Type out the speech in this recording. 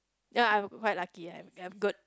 ya I quite lucky I'm I'm good